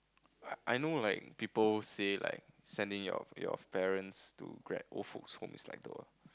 I know like people say like sending your your parents to grand~ old folks home is like the